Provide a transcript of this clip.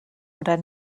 oder